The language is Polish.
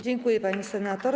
Dziękuję, pani senator.